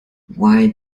why